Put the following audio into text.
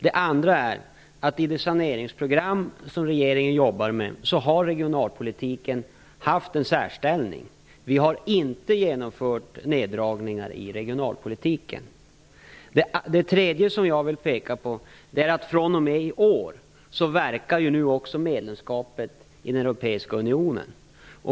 Det andra är att i det saneringsprogram som regeringen jobbar med har regionalpolitiken haft en särställning. Vi har inte genomfört neddragningar i regionalpolitiken. Det tredje som jag vill peka på är att från i år verkar också medlemskapet i den europeiska unionen.